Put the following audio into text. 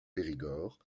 périgord